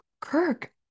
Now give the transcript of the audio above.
Kirk